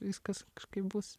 viskas kaip bus